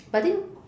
but I think